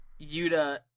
Yuta